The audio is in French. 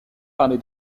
parler